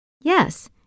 Yes